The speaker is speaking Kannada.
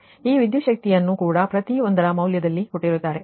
ಈ ವಿದ್ಯುತ್ ಶಕ್ತಿಯನ್ನು ಕೂಡ ಪ್ರತಿ ಒಂದರ ಮೌಲ್ಯದಲ್ಲಿ ಕೊಟ್ಟಿರುತ್ತಾರೆ